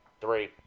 Three